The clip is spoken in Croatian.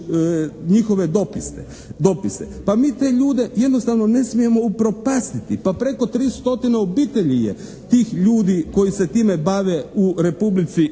njihove dopise. Pa mi te ljude jednostavno ne smijemo upropastiti. Pa preko 3 stotine obitelji je tih ljudi koji se time bave u Republici